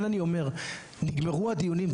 לכן אני אומר, נגמרו הדיונים.